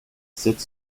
sept